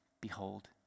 Behold